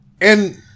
And-